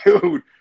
dude